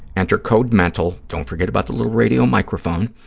enter code mental, don't forget about the little radio microphone,